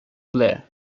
blair